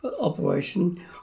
operation